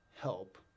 help